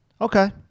Okay